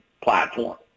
platform